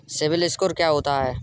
CIBIL score क्या होता है?